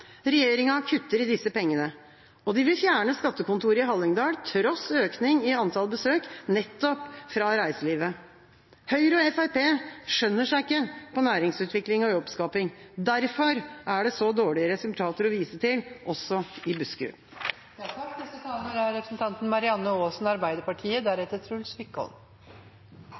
Regjeringa kutter i disse pengene. De vil fjerne skattekontoret i Hallingdal, tross økning i antall besøk, nettopp fra reiselivet. Høyre og Fremskrittspartiet skjønner seg ikke på næringsutvikling og jobbskaping. Derfor er det så dårlige resultater å vise til, også i Buskerud.